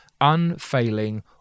unfailing